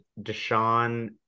Deshaun